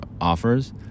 offers